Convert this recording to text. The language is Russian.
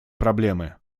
проблемы